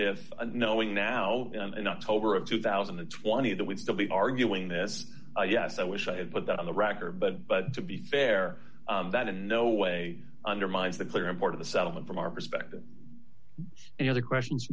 if knowing now in october of two thousand and twenty that we'd still be arguing this yes i wish i put that on the record but but to be fair that in no way undermines the clear import of the settlement from our perspective and other questions